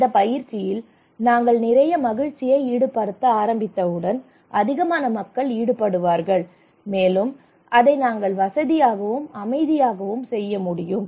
இந்த பயிற்சியில் நாங்கள் நிறைய மகிழ்ச்சியை ஈடுபடுத்த ஆரம்பித்தவுடன் அதிகமான மக்கள் ஈடுபடுவார்கள் மேலும் அதை நாங்கள் வசதியாகவும் அமைதியாகவும் செய்ய முடியும்